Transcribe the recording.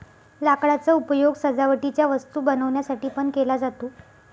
लाकडाचा उपयोग सजावटीच्या वस्तू बनवण्यासाठी पण केला जातो